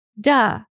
duh